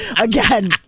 Again